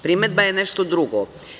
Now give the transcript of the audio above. Primedba je nešto drugo.